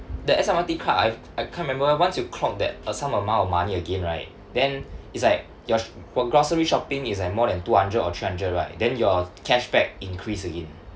the S_M_R_T card I've I can't remember once you clock that a some amount of money again right then it's like your sh~ for grocery shopping it's like more than two hundred or three hundred right then your cashback increase again